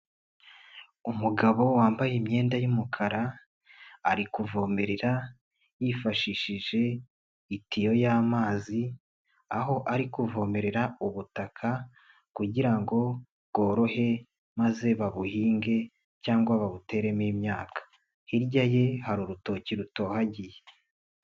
Umugabo wambaye imyenda y'umukara ari kuvomerera yifashishije itiyo y'amazi. Aho ari kuvomerera ubutaka kugira ngo bworohe maze babuhinge cyangwa babuteremo imyaka. Hirya ye hari urutoki rutohagiye.